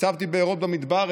חצבתי בארות במדבר.